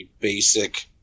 basic